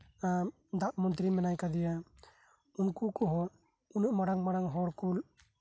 ᱟᱨ ᱫᱟᱜ ᱢᱚᱱᱛᱤᱨᱤ ᱢᱮᱱᱟᱭ ᱠᱟᱫᱮᱭᱟ ᱩᱱᱠᱩ ᱠᱚᱸᱦᱚᱸ ᱩᱱᱟᱹᱜ ᱢᱟᱨᱟᱝ ᱢᱟᱨᱟᱝ ᱦᱚᱲ ᱠᱚ